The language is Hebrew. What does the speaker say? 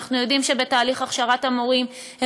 אנחנו יודעים שבתהליך הכשרת המורים הם